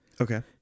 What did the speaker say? Okay